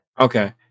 Okay